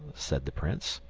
said the prince.